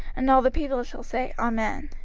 and all the people shall say, amen.